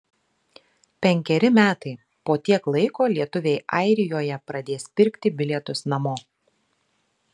penkeri metai po tiek laiko lietuviai airijoje pradės pirkti bilietus namo